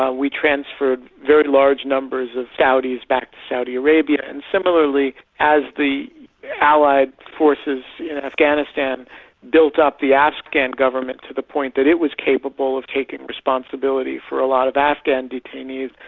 ah we transferred very large numbers of saudis back to saudi arabia, and similarly as the allied forces in afghanistan built up the afghan government to the point that it was capable of taking responsibility for a lot of afghan detainees,